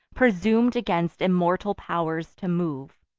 presum'd against immortal pow'rs to move,